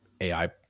AI